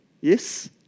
Yes